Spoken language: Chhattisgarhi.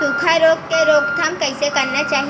सुखा रोग के रोकथाम कइसे करना चाही?